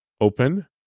open